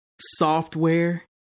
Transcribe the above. software